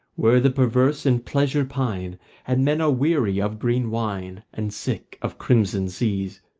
where the perverse in pleasure pine and men are weary of green wine and sick of crimson seas.